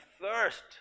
thirst